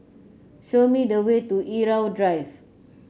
show me the way to Irau Drive